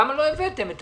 למה לא הבאתם את